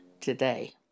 today